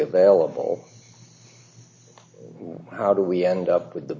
available how do we end up with the